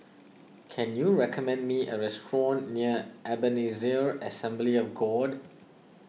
can you recommend me a restaurant near Ebenezer Assembly of God